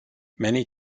many